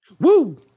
Woo